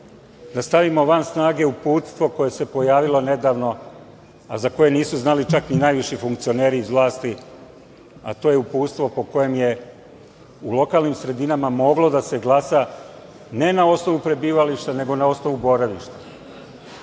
da stavimo van snage Uputstvo koje se pojavilo nedavno, a za koje nisu znali čak ni najviši funkcioneri iz vlasti, a to je Uputstvo po kojem je u lokalnim sredinama moglo da se glasa ne na osnovu prebivališta, nego na osnovu boravišta